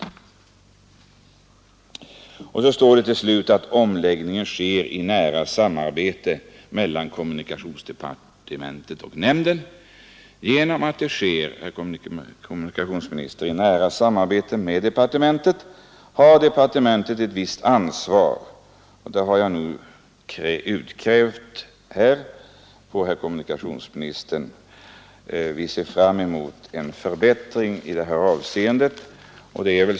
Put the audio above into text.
I sista meningen i svaret säger kommunikationsministern: ”Omläggningen sker i nära samarbete mellan kommunikationsdepartementet och nämnden.” Genom att den sker i nära samarbete med departementet har departementet ett visst ansvar, och det har jag nu utkrävt av herr kommunikationsministern. Vi ser fram emot en förbättring i det här avseendet.